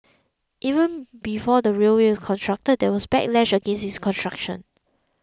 even before the railway was constructed there was backlash against its construction